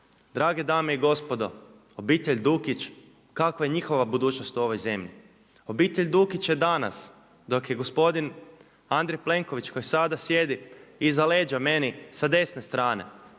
Drage dame i gospodo obitelj Dukić kakva je njihova budućnost u ovoj zemlji? Obitelj Dukić je danas dok je gospodin Andrej Plenković koji sada sjedi iza leđa meni sa desne strane,